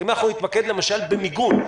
אם אנחנו נתמקד למשל במיגון,